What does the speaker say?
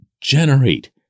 generate